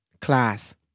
class